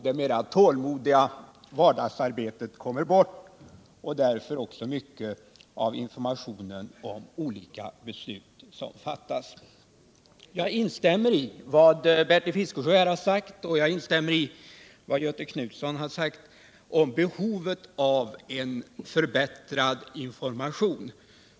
Det mer tålmodiga vardagsarbetet och mycket av informationen om olika beslut som fattas, kommer därmed bort. Jag instämmer i vad Bertil Fiskesjö och Göthe Knutson sagt om behovet av förbättrad information.